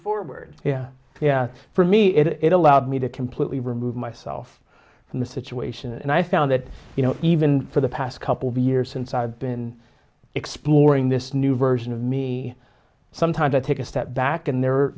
forward for me it allowed me to completely remove myself from the situation and i found that you know even for the past couple of years since i've been exploring this new version of me sometimes i take a step back and the